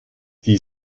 die